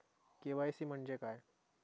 KYC म्हणजे काय?